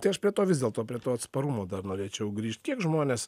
tai aš prie to vis dėlto prie to atsparumo dar norėčiau grįžt kiek žmonės